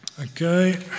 okay